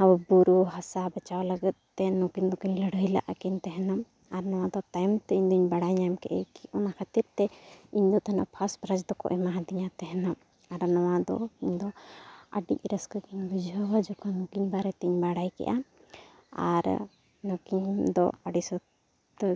ᱟᱵᱚᱣᱟᱜ ᱵᱩᱨᱩ ᱦᱟᱥᱟ ᱵᱟᱸᱪᱟᱣ ᱞᱟᱹᱜᱤᱫ ᱛᱮ ᱱᱩᱠᱤᱱ ᱫᱚᱠᱤᱱ ᱞᱟᱹᱲᱦᱟᱹᱭ ᱞᱟᱜᱼᱟ ᱠᱤᱱ ᱛᱟᱦᱮᱱᱚᱜ ᱟᱨ ᱱᱚᱣᱟ ᱫᱚ ᱛᱟᱭᱚᱢ ᱛᱮ ᱤᱧᱫᱚᱧ ᱵᱟᱲᱟᱭ ᱧᱟᱢ ᱠᱮᱫᱼᱟ ᱠᱤ ᱚᱱᱟ ᱠᱷᱟᱹᱛᱤᱨᱛᱮ ᱤᱧᱫᱚ ᱛᱟᱦᱮᱱᱚᱜ ᱯᱷᱟᱥᱴ ᱯᱨᱟᱭᱤᱡᱽ ᱫᱚᱠᱚ ᱮᱢᱟᱣᱟᱫᱤᱧᱟ ᱛᱟᱦᱮᱱᱚᱜ ᱟᱨ ᱱᱚᱣᱟ ᱫᱚ ᱤᱧᱫᱚ ᱟᱹᱰᱤ ᱨᱟᱹᱥᱠᱟᱹ ᱜᱤᱧ ᱵᱩᱡᱷᱟᱹᱣᱟ ᱡᱚᱠᱷᱚᱱ ᱩᱱᱠᱤᱱ ᱵᱟᱨᱮ ᱛᱤᱧ ᱵᱟᱲᱟᱭ ᱠᱮᱫᱼᱟ ᱟᱨ ᱱᱩᱠᱤᱱ ᱫᱚ ᱟᱹᱰᱤ ᱥᱚᱠᱛᱚ